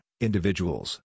individuals